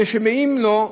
אם לא,